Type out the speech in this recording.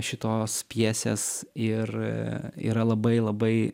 šitos pjesės ir yra labai labai